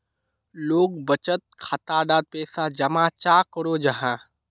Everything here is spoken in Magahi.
लोग बचत खाता डात पैसा जमा चाँ करो जाहा?